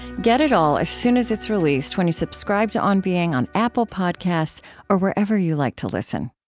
get it all as soon as it's released when you subscribe to on being on apple podcasts or wherever you like to listen